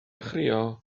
chrio